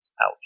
Ouch